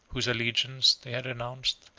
whose allegiance they had renounced,